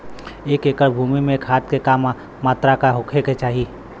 एक एकड़ भूमि में खाद के का मात्रा का होखे के चाही?